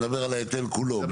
אתה מדבר על ההיטל כולו.